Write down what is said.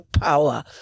power